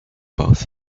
both